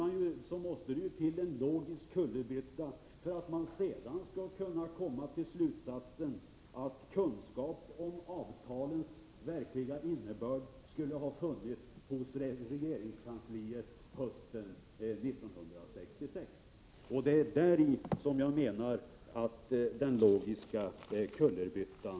Det måste till en logisk kullerbytta för att man sedan skall kunna komma till slutsatsen att kunskap om avtalens verkliga innebörd skulle ha funnits inom regeringskansliet hösten 1966. Däri ligger den logiska kullerbyttan.